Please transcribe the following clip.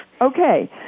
Okay